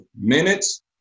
minutes